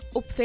op